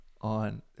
on